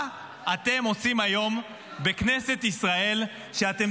מה אתם עושים היום בכנסת ישראל כשאתם